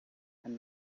and